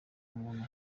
umuntu